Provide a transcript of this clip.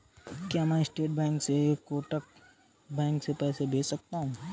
क्या मैं State Bank से कोटक बैंक में पैसे भेज सकता हूँ?